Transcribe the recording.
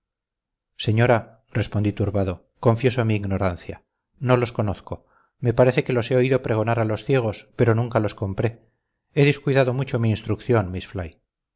señora respondí turbado confieso mi ignorancia no los conozco me parece que los he oído pregonar a los ciegos pero nunca los compré he descuidado mucho mi instrucción miss